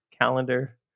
calendar